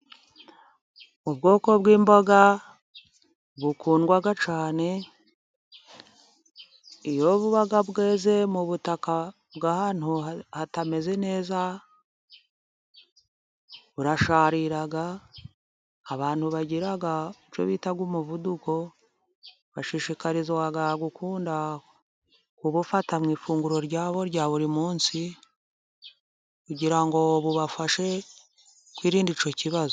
Ubwoko bw'imboga bukundwa cyane, iyo buba bweze mu butaka hatameze neza burasharira abantu bagira icyo bita umuvuduko bashishikazwa gukunda gufata mu ifunguro ryabo rya buri munsi kugira ngo bubafashe kwirinde icyo kibazo.